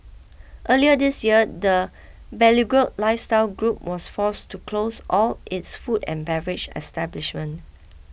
earlier this year the beleaguered lifestyle group was forced to close all its food and beverage establishment